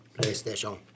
PlayStation